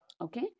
Okay